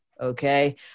okay